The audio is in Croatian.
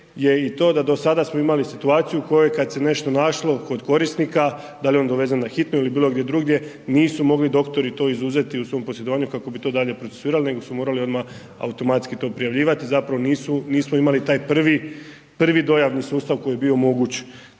je i to da do sada smo imali situaciju u kojoj kad se nešto našlo kod korisnika, da li je on dovezen na hitnu ili bilo gdje drugdje nisu mogli doktori to izuzeti u svom posjedovanju kako bi to dalje procesuirali nego su morali odmah automatski to prijavljivati, zapravo nismu, nismo imali taj prvi dojavni sustav koji je bio moguć